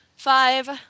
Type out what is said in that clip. Five